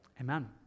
amen